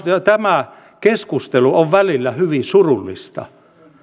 tämä keskustelu on välillä hyvin surullista